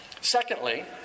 Secondly